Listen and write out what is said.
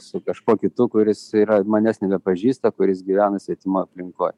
su kažkuo kitu kuris yra manęs nebepažįsta kuris gyvena svetimoj aplinkoj